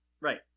Right